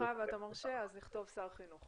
מאחר ואתה מרשה, נכתוב "שר החינוך".